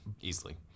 easily